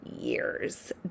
years